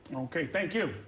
okay. thank you.